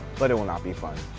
but it will not be fun.